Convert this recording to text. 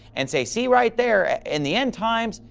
and say, see, right there! in the end times,